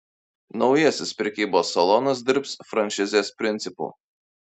naujasis prekybos salonas dirbs franšizės principu